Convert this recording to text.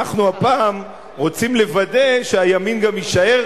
אנחנו הפעם רוצים לוודא שהימין גם יישאר